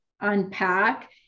unpack